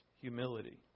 humility